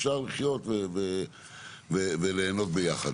אפשר לחיות וליהנות ביחד.